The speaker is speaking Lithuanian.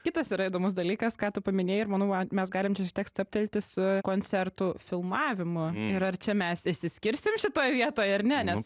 kitas yra įdomus dalykas ką tu paminėjai ir manau mes galim čia šiek tiek stabtelti su koncertų filmavimu ir ar čia mes išsiskirsim šitoj vietoj ar ne nes